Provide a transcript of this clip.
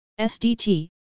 SDT